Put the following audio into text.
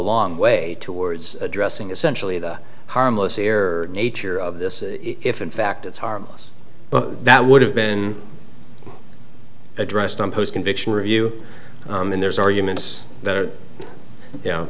long way towards addressing essentially the harmless error nature of this if in fact it's harmless but that would have been addressed on post conviction review and there's arguments that